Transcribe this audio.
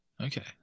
Okay